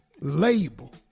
label